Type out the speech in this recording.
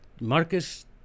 Marcus